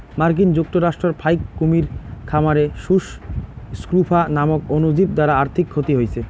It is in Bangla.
মার্কিন যুক্তরাষ্ট্রর ফাইক কুমীর খামারে সুস স্ক্রফা নামক অণুজীব দ্বারা আর্থিক ক্ষতি হইচে